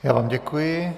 Já vám děkuji.